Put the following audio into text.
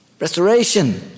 Restoration